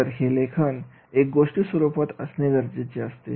तर हे लेखन एक गोष्टी स्वरूपात असणे गरजेचे आहे